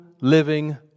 living